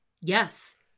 Yes